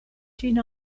ĝin